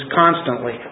constantly